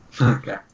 Okay